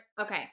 Okay